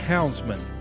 Houndsman